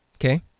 Okay